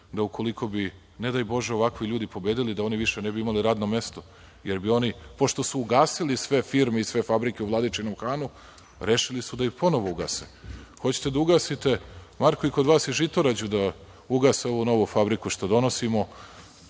da ukoliko bi, ne daj bože, ovakvi ljudi pobedili, da one više ne bi imale radno mesto. Oni bi, pošto su ugasili sve firme i sve fabrike u Vladičinom Hanu rešili su da ponovo ugase. Hoćete da ugasite Marko i kod vas u Žitorađu, da ugase ovu novu fabriku što donosimo